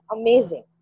amazing